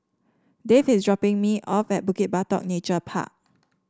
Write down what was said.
Dave is dropping me off at Bukit Batok Nature Park